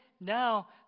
now